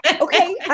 Okay